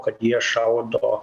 kad jie šaudo